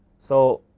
so,